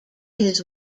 his